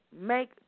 make